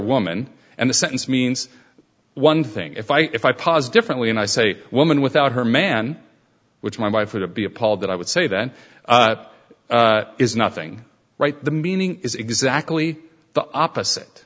woman and the sentence means one thing if i if i pause differently and i say woman without her man which my wife would be appalled that i would say that is nothing right the meaning is exactly the opposite